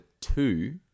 two